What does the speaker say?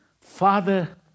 Father